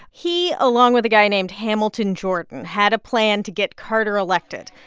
he, along with a guy named hamilton jordan, had a plan to get carter elected,